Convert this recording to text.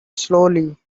slowly